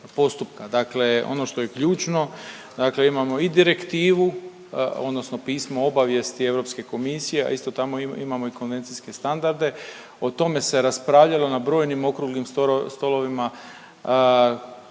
Dakle ono što je ključno, dakle imamo i direktivu odnosno pismo obavijesti Europske komisije, a isto tamo imamo i konvencijske standarde. O tome se raspravljalo na brojnim Okruglim stolovima gdje